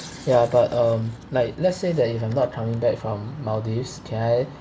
ya but um like let's say that if I'm not coming back from maldives can I